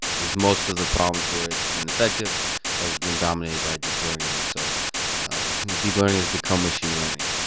it's most of the problems, the way it's been effective has been dominated by deep learning. and so deep learning has become machine learning.